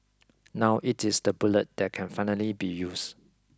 now it is the bullet that can finally be used